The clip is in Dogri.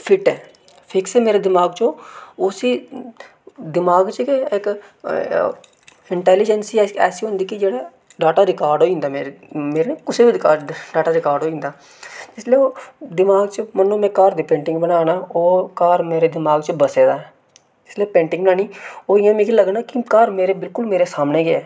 फिट्ट ऐ फिक्स ऐ मेरे दिमाग च ओह् उसी दिमाग च गै इक इन्टैलीजैंसी ऐसी होंदी कि जेह्ड़ा डेटा रिकार्ड होई जंदा मेरे कुसै बी डेटा रिकार्ड होई जंदा जिसलै ओह् दिमाग च घर पेंटिंग बना ना ओह् घर मेरे दिमग च बस्सै दा ऐ जिसलै पेंटिंग बनानी ओह् मिगी इ'यां लग्गना कि घर मेरे बिल्कुल मेरे सामनै गै